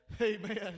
Amen